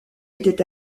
était